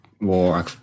war